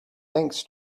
thanks